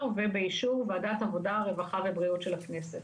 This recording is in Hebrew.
ובאישור וועדת עבודה רווחה ובריאות של הכנסת.